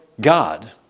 God